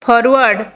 forward